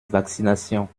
vaccination